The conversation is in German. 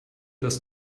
dass